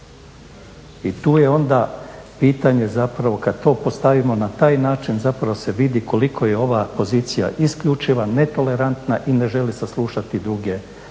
I tu je onda pitanje zapravo, kad to postavimo na taj način zapravo se vidi koliko je ova pozicija isključiva, netolerantna i ne želi saslušati druge pozicije.